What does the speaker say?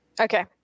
Okay